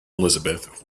elizabeth